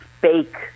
fake